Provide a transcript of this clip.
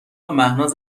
مهناز